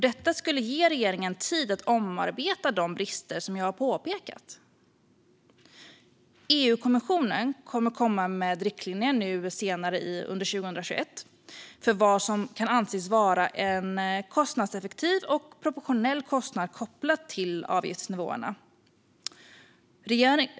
Detta skulle ge regeringen tid att omarbeta de brister som jag har påpekat. EU-kommissionen kommer senare under 2021 att komma med riktlinjer för vad som kan anses vara en kostnadseffektiv och proportionell kostnad kopplat till avgiftsnivåerna.